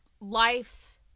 life